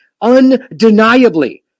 Undeniably